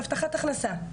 להבטחת הכנסה,